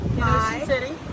Hi